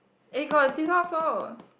eh got this one also